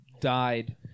died